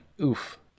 Oof